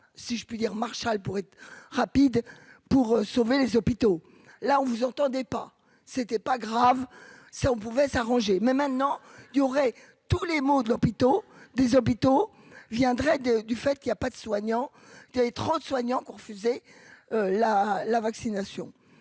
si je puis dire, Marshall pour être rapide pour sauver les hôpitaux là on vous entendait pas, c'était pas grave si on pouvait s'arranger, mais maintenant, il y aurait tous les maux de l'hôpitaux des hôpitaux viendrait de du fait qu'il y a pas de soignants es trop de soignants qui ont refusé la la vaccination,